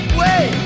wait